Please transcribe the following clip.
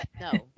No